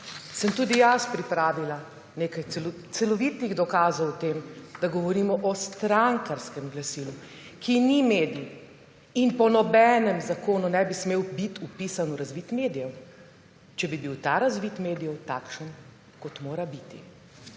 Sem tudi jaz pripravila nekaj celovitih dokazov o tem, da govorimo o strankarskem glasilu, ki ni medij, in po nobenem zakonu ne bi smel biti vpisan v razvid medijev, če bi bil ta razvid medijev takšen, kot mora biti.